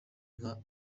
nka